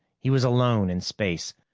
he was alone in space,